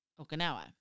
Okinawa